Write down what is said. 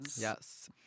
Yes